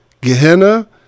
Gehenna